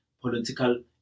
political